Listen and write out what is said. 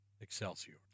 Excelsior